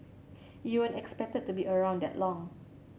you weren't expected to be around that long